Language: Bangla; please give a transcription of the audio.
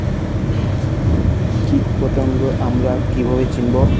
কীটপতঙ্গ আমরা কীভাবে চিনব?